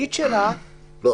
לא.